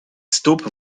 stóp